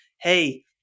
hey